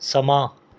ਸਮਾਂ